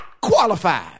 qualified